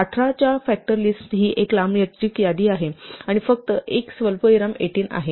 18 च्या factor list ही एक लांबलचक यादी आहे आणि फक्त 1 स्वल्पविराम 18 आहे